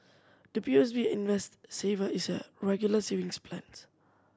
the P O S B Invest Saver is a Regular Savings Plans